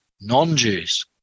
non-Jews